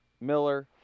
Miller